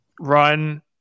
run